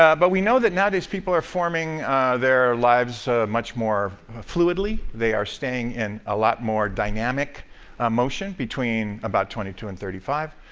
ah but we know that now these people are forming their lives much more fluidly, they are staying in a lot more dynamic motion between about twenty two and thirty five,